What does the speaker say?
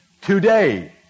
today